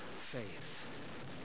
faith